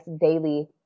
daily